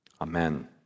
Amen